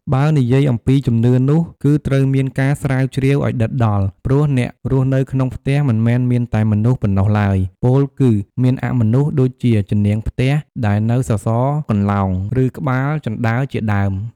បើនិយាយអំពីជំនឿនោះ គឺត្រូវមានការស្រាវជ្រាវឲ្យដិតដល់ ព្រោះអ្នករស់នៅក្នុងផ្ទះ មិនមែនមានតែមនុស្សប៉ុណ្ណោះឡើយ ពោលគឺមានអមនុស្ស ដូចជាច្នាងផ្ទះដែលនៅសសរកន្លោង ឬក្បាល ជណ្តើរជាដើម។